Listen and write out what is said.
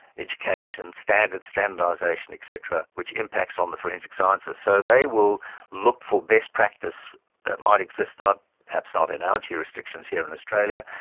education, standards, standardisation etc, which impacts on the forensic sciences, so they will look for best practice that might exist, perhaps not in our jurisdictions here in australia,